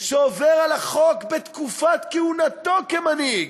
כלשהו שעובר על החוק בתקופת כהונתו כמנהיג,